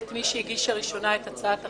את מי שהגישה ראשונה את הצעת החוק,